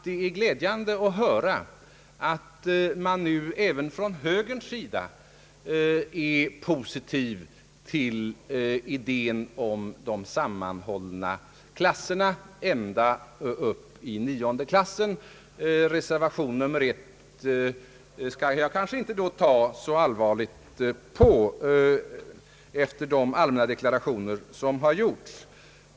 Det är glädjande att höra att man nu även från högerns sida är positiv till idén om sammanhållna klasser ända upp till nionde skolåret. Efter de allmänna deklarationer som har gjorts skall jag kanske inte ta så allvarligt på reservation nr 1.